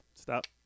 stop